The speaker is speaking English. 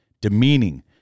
demeaning